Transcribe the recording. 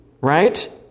right